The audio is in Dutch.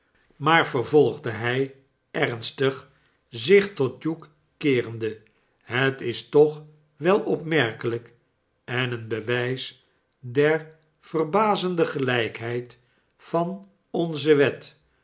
maar vervolgde hij ernstig zich tot hugh keerende het is toch wel opmerkelijk en een bewys der verbazende gelijkheid van onze wet